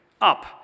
up